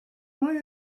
why